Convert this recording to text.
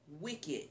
Wicked